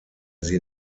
sie